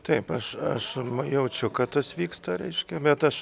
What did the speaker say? taip aš aš jaučiu kad tas vyksta reiškia bet aš